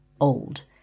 old